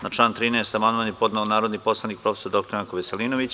Na član 13. amandman je podneo narodni poslanik prof. dr Janko Veselinović.